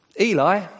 Eli